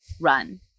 run